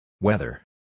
Weather